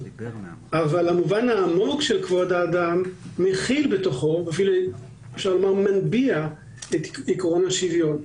אבל המובן העמוק של כבוד האדם מכיל בתוכו את עקרון השוויון.